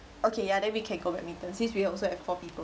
okay ya then we can go badminton since we're also have four people